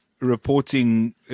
Reporting